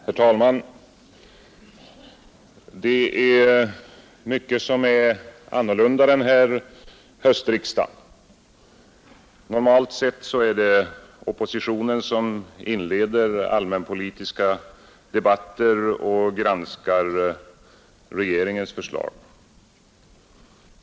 Herr talman! Det är mycket som är annorlunda den här höstriksdagen. Normalt är det oppositionen som inleder allmänpolitiska debatter och granskar regeringens förslag.